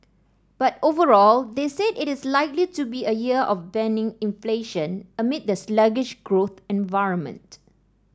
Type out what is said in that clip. but overall they said it is likely to be a year of benign inflation amid the sluggish growth environment